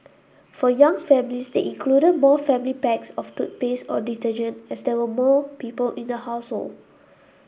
for young families they included more family packs of toothpaste or detergent as there were more people in the household